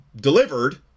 delivered